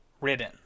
ridden